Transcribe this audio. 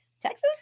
Texas